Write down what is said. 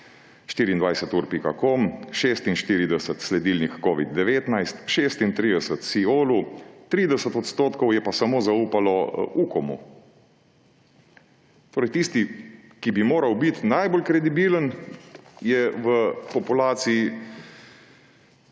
24ur.com, 46 % Sledilniku COVID-19, 36 % Siolu, 30 % jih je pa samo zaupalo Ukomu. Torej tisti, ki bi moral biti najbolj kredibilen, je v populaciji